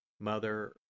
Mother